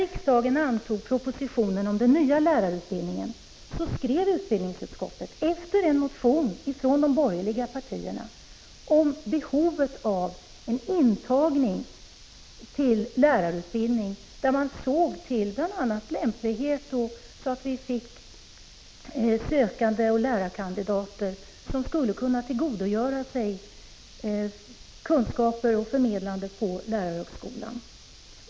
I samband med behandlingen av propositionen om den nya lärarutbildningen pekade också utbildningsutskottet på, med anledning av en motion från de borgerliga partierna, behovet av att man vid intagning till lärarutbildningen såg till bl.a. lämplighet, så att vi fick lärarkandidater som skulle kunna tillgodogöra sig den undervisning i kunskapförmedlande som ges vid lärarhögskolorna.